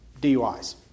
DUIs